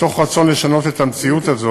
מתוך רצון לשנות את המציאות הזו,